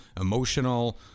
emotional